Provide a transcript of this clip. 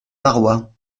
barrois